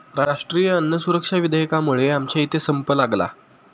राष्ट्रीय अन्न सुरक्षा विधेयकामुळे आमच्या इथे संप लागला